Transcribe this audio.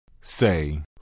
Say